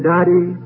Daddy